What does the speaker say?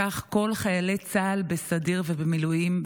כך כל חיילי צה"ל בסדיר ובמילואים.